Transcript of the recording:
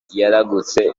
yaragutse